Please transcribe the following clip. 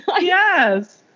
Yes